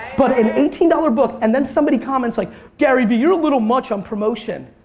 but an eighteen dollars book and then somebody comments like garyvee you're a little much on promotion.